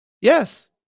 Yes